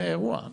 זה אירוע.